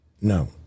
no